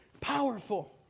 Powerful